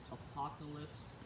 apocalypse